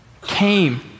came